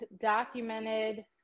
documented